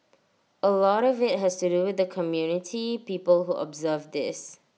A lot of IT has to do with the community people who observe this